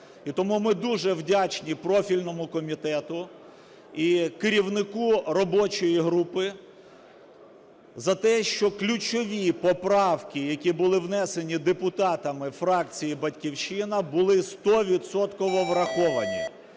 І тому ми дуже вдячні профільному комітету і керівнику робочої групи за те, що ключові поправки, які були внесені депутатами фракції "Батьківщина", були стовідсотково